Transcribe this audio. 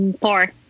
Four